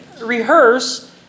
rehearse